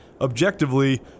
objectively